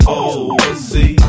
overseas